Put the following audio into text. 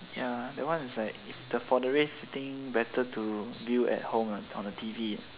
ya that one is like for the race thing better to view at home on a T_V